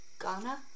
Ghana